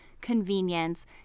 convenience